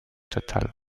total